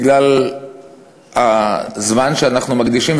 בגלל הזמן שאנחנו מקדישים,